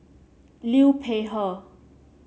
Liu Peihe